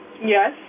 yes